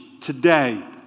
today